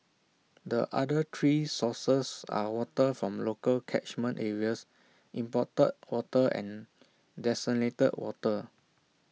the other three sources are water from local catchment areas imported water and desalinated water